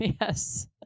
Yes